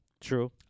True